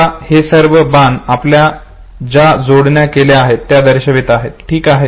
आता हे सर्व बाण आपण ज्या जोडण्या केलेल्या आहेत त्या दर्शवित आहेत ठीक आहे